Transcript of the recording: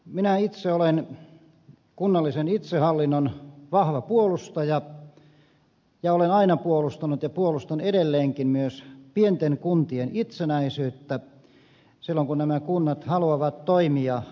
minä itse olen kunnallisen itsehallinnon vahva puolustaja ja olen aina puolustanut ja puolustan edelleenkin myös pienten kuntien itsenäisyyttä silloin kun nämä kunnat haluavat toimia itsenäisesti